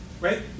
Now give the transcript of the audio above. right